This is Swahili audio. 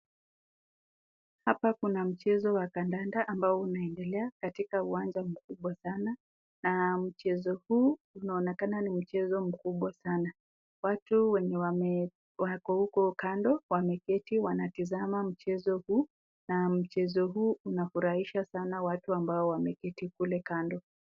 Hapa kuna mchezo wa kandanda ambao unaendelea katika uwanja mkubwa sana na mchezo huu unaonekana ni mchezo mkubwa sana. Watu wenye wako huko kando wameketi wanitizama mchezo huu na mchezo huu unafurahisha sana watu ambao wameketi kule kando.